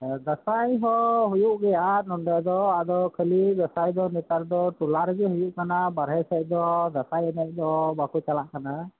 ᱫᱟᱸᱥᱟᱭ ᱦᱚᱸ ᱦᱩᱭᱩᱜ ᱜᱮᱭᱟ ᱱᱚᱰᱮ ᱫᱚ ᱟᱫᱚ ᱠᱷᱟᱹᱞᱤ ᱫᱟᱸᱥᱟᱭ ᱫᱚ ᱱᱮᱛᱟᱨ ᱫᱚ ᱴᱚᱞᱟ ᱨᱮᱜᱮ ᱦᱩᱭᱩᱜ ᱠᱟᱱᱟ ᱵᱟᱨᱦᱮ ᱥᱮᱡ ᱫᱚ ᱫᱟᱸᱥᱟᱭ ᱮᱱᱮᱡ ᱫᱚ ᱵᱟᱠᱚ ᱪᱟᱞᱟᱜ ᱠᱟᱱᱟ